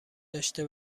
داشته